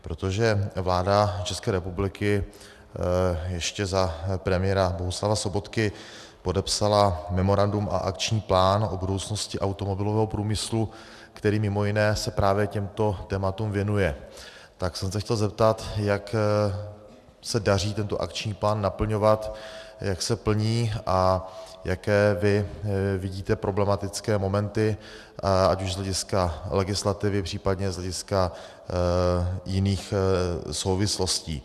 Protože vláda České republiky ještě za premiéra Bohuslava Sobotky podepsala memorandum a akční plán o budoucnosti automobilového průmyslu, který se mj. právě těmto tématům věnuje, tak jsem se chtěl zeptat, jak se daří tento akční plán naplňovat, jak se plní a jaké vy vidíte problematické momenty ať už z hlediska legislativy, příp. z hlediska jiných souvislostí.